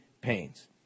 pains